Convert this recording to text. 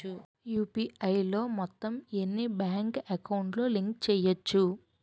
UPI లో మొత్తం ఎన్ని బ్యాంక్ అకౌంట్ లు లింక్ చేయచ్చు?